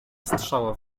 strzała